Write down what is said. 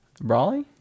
Brawly